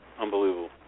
unbelievable